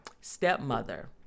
stepmother